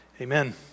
Amen